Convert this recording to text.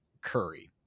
Curry